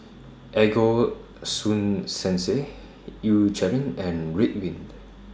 Ego Sunsense Eucerin and Ridwind